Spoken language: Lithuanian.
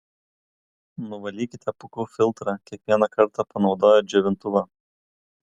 nuvalykite pūkų filtrą kiekvieną kartą panaudoję džiovintuvą